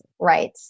Right